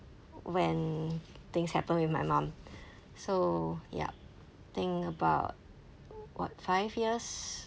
when things happen with my mum so yup think about what five years